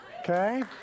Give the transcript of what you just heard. Okay